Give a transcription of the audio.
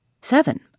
Seven